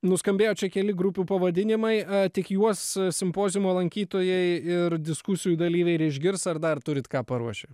nuskambėjo čia keli grupių pavadinimai tik juos simpoziumo lankytojai ir diskusijų dalyviai ir išgirs ar dar turit ką paruošę